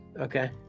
Okay